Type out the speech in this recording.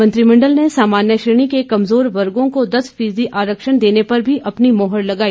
मंत्रिमंडल ने सामान्य श्रेणी के कमजोर वर्गो को दस फीसदी आरक्षण देने पर भी अपनी मोहर लगाई